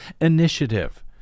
Initiative